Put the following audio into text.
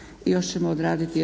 Još ćemo odraditi jednu